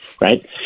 right